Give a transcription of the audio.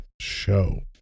show